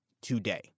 today